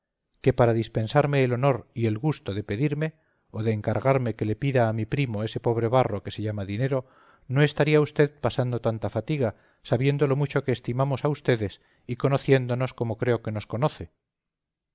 que para dispensarme el honor y el gusto de pedirme o de encargarme que le pida a mi primo ese pobre barro que se llama dinero no estaría usted pasando tanta fatiga sabiendo lo mucho que estimamos a vds y conociéndonos como creo que nos conoce